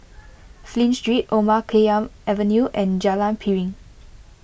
Flint Street Omar Khayyam Avenue and Jalan Piring